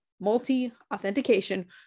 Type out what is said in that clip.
multi-authentication